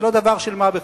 זה לא דבר של מה בכך.